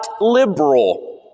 liberal